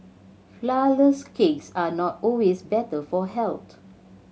flourless cakes are not always better for health